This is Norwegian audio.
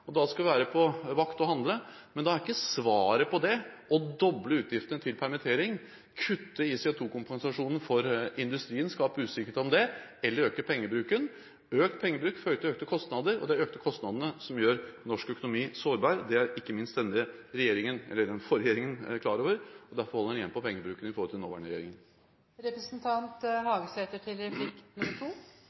og da skal vi være på vakt og handle. Men da er ikke svaret på det å doble utgiftene til permittering, kutte i CO2-kompensasjonen for industrien og skape usikkerhet om det, eller å øke pengebruken. Økt pengebruk fører til økte kostnader, og det er de økte kostnadene som gjør norsk økonomi sårbar. Det var ikke minst den forrige regjeringen klar over, og derfor holdt man igjen på pengebruken i forhold til nåværende